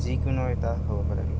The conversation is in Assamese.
যিকোনো এটা হ'ব লাগে